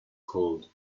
cold